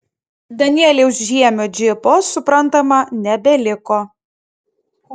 danieliaus žiemio džipo suprantama nebeliko